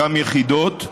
גם יחידות,